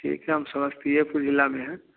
ठीक है हम समस्तीएपुर ज़िले में हैं